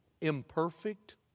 imperfect